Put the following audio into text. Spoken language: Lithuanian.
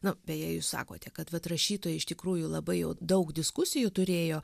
nu beje jūs sakote kad vat rašytojai iš tikrųjų labai jau daug diskusijų turėjo